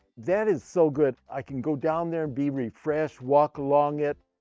that is so good. i can go down there and be refreshed, walk along it.